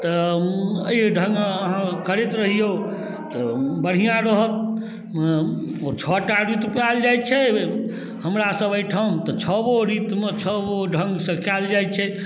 तऽ एहि ढङ्गे अहाँ करैत रहिऔ तऽ बढ़िआँ रहत छओटा ऋतु पाएल जाइ छै हमरासब अहिठाम तऽ छबो ऋतुमे छबो ढङ्गसँ कएल जाइ छै